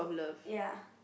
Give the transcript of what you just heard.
ya